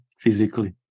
physically